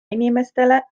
inimestele